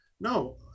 No